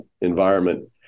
environment